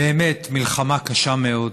באמת מלחמה קשה מאוד